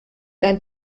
dein